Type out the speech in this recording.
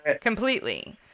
Completely